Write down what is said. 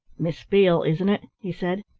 miss beale, isn't it? he said.